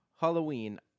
Halloween